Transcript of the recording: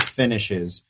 finishes